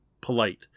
polite